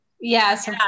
Yes